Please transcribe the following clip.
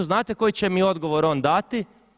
Znate koji će mi odgovor on dati?